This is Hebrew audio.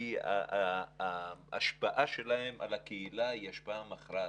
כי ההשפעה שלהם על הקהילה היא השפעה מכרעת,